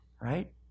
right